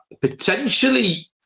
potentially